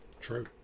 True